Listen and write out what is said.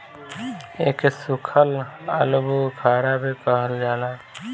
एके सुखल आलूबुखारा भी कहल जाला